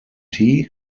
tea